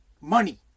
money